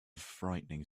frightening